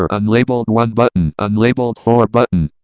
ah unlabeled one button. unlabeled four button.